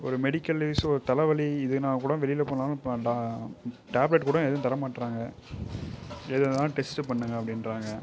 ஒரு medical issue ஒரு தலைவலி இதுனால் கூட வெளியில போனாலும் டேப்லெட் கூட எதுவும் தரமாட்டுறாங்க எதாயிருந்தாலும் டெஸ்ட் பண்ணுங்க அப்படின்றாங்க